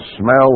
smell